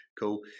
cool